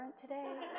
today